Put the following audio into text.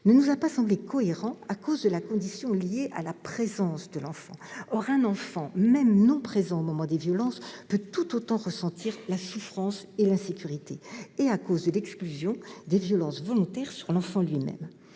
ne nous a pas semblé cohérent à cause de la condition liée à la présence de l'enfant- car un enfant, même non présent au moment des violences, peut tout autant ressentir la souffrance et l'insécurité -, et à cause de l'exclusion des violences volontaires sur l'enfant lui-même.